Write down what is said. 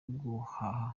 guhaha